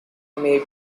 may